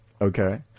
Okay